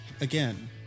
again